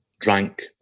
drank